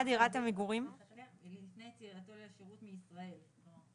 לפני יציאתו לשירות מישראל.